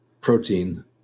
protein